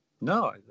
No